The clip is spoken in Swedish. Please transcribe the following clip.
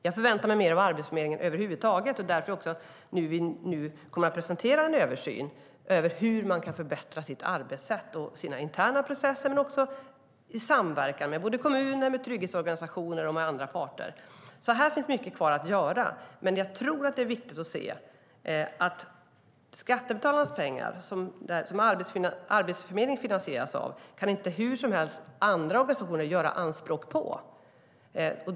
Jag förväntar mig mer av Arbetsförmedlingen över huvud taget, och det är därför som vi nu kommer att presentera en översyn av hur de kan förbättra sitt arbetssätt i sina interna processer och i samverkan med kommuner, trygghetsorganisationer och andra parter. Här finns mycket kvar att göra, men jag tror att det är viktigt att se att skattebetalarnas pengar som Arbetsförmedlingen finansieras av inte hur som helst kan göras anspråk på av andra organisationer.